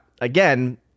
again